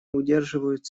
удерживают